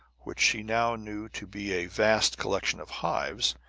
which she now knew to be a vast collection of hives,